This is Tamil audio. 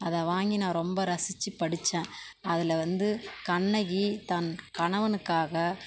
அதை வாங்கி நான் ரொம்ப ரசித்துப் படித்தேன் அதில் வந்து கண்ணகி தன் கணவனுக்காக